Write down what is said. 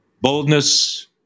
Boldness